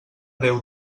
déu